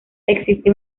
existe